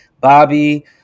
Bobby